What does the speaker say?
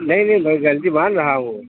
نہیں نہیں میں غلطی مان رہا ہوں